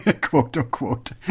quote-unquote